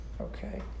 okay